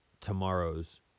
tomorrow's